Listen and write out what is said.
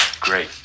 Great